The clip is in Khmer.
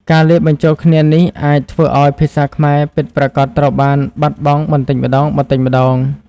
ការលាយបញ្ចូលគ្នានេះអាចធ្វើឱ្យភាសាខ្មែរពិតប្រាកដត្រូវបានបាត់បង់បន្តិចម្តងៗ។